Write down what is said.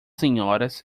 senhoras